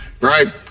right